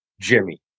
Jimmy